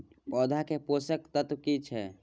पौधा के पोषक तत्व की छिये?